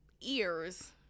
ears